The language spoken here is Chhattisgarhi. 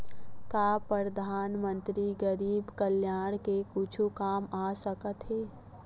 का परधानमंतरी गरीब कल्याण के कुछु काम आ सकत हे